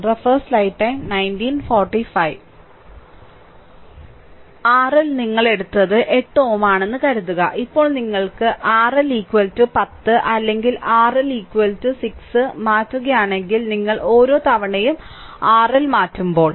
RL നിങ്ങൾ എടുത്ത 8Ω ആണെന്ന് കരുതുക ഇപ്പോൾ നിങ്ങൾ RL 10 അല്ലെങ്കിൽ RL 6 മാറ്റുകയാണെങ്കിൽ നിങ്ങൾ ഓരോ തവണയും RL മാറ്റുമ്പോൾ